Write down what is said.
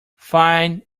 fine